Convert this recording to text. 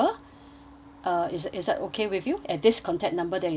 uh is is that okay with you at this contact number that you just give me